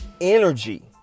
energy